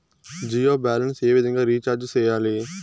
Jio balance ఏ విధంగా recharge సేయాలి?